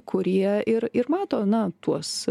kurie ir ir mato na tuos